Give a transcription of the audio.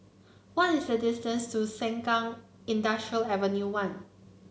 what is the distance to Sengkang Industrial Ave one